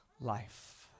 life